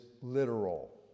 literal